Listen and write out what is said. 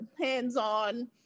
hands-on